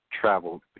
traveled